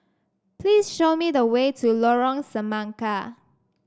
please show me the way to Lorong Semangka